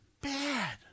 bad